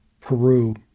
Peru